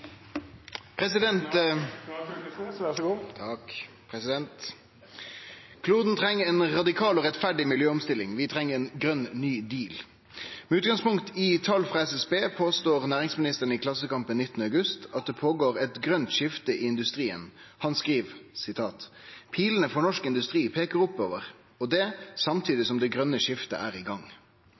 trenger en radikal og rettferdig miljøomstilling, vi trenger en «grønn, ny deal». Med utgangspunkt i tall fra SSB påstår næringsministeren i Klassekampen 19. august at det pågår et grønt skifte i industrien. Han skriver: « pilene for norsk industri peker oppover. Og det samtidig som det grønne skiftet er i gang.»